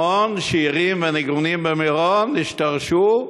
המון שירים וניגונים במירון השתרשו,